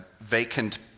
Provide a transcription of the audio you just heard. vacant